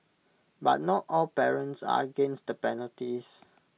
but not all parents are against the penalties